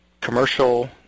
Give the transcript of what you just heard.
commercial